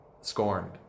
scorned